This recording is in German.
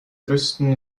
größten